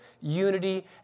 unity